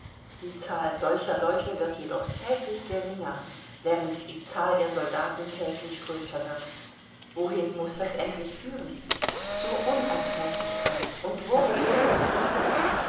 die zahl solcher leute wird jedoch täglich geringer während die zahl der soldaten täglich größer wird wohin muß das endlich führen zur unerträglichkeit und wohin führt diese